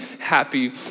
happy